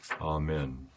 Amen